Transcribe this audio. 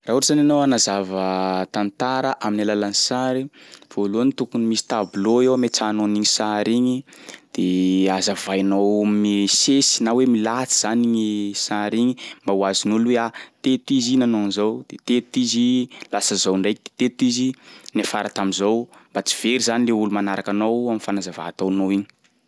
Raha ohatry zany ianao hanazava tantara amin'ny alalan'ny sary, voalohany tokony misy tableau eo ametrahanao an'igny sary igny de azavainao misesy na hoe milahatry zany igny sary igny mba ho azon'olo hoe ah teto izy nanao an'izao, de teto izy lasa zao ndraiky, teto izy niafara tam'zao. Mba tsy very zany le olo manaraka anao am'fanazavà ataonao igny.